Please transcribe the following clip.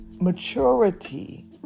maturity